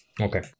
Okay